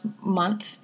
month